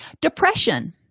Depression